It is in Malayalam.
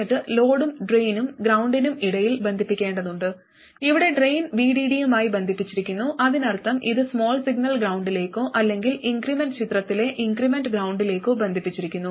എന്നിട്ട് ലോഡ് ഡ്രെയിനും ഗ്രൌണ്ടിനും ഇടയിൽ ബന്ധിപ്പിക്കേണ്ടതുണ്ട് ഇവിടെ ഡ്രെയിനേജ് VDD യുമായി ബന്ധിപ്പിച്ചിരിക്കുന്നു അതിനർത്ഥം ഇത് സ്മാൾ സിഗ്നൽ ഗ്രൌണ്ടിലേക്കോ അല്ലെങ്കിൽ ഇൻക്രിമെൻറ് ചിത്രത്തിലെ ഇൻക്രിമെൻറ് ഗ്രൌണ്ടിലേക്കോ ബന്ധിപ്പിച്ചിരിക്കുന്നു